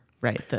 right